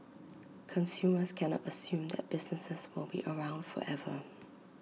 consumers cannot assume that businesses will be around forever